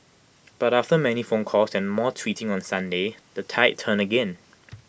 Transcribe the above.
but after many phone calls and more tweeting on Sunday the tide turned again